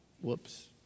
whoops